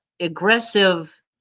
Aggressive